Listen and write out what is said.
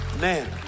man